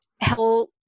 help